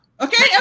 Okay